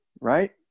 right